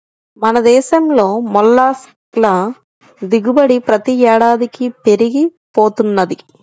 మన దేశంలో మొల్లస్క్ ల దిగుబడి ప్రతి ఏడాదికీ పెరిగి పోతున్నది